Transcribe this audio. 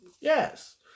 Yes